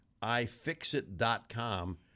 Ifixit.com